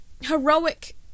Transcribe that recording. heroic